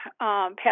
passed